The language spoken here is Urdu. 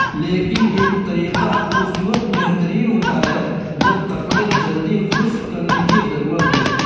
لیکن یہ طریقہ اس وقت بہترین ہوتا ہے جب کپڑے جلدی خشک کرنے کی ضرورت ہو